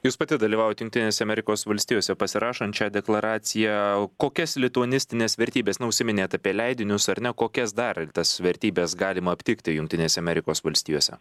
jūs pati dalyvavot jungtinėse amerikos valstijose pasirašant šią deklaraciją kokias lituanistines vertybes na užsiminėt apie leidinius ar ne kokias dar tas vertybes galima aptikti jungtinėse amerikos valstijose